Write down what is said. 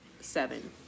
Seven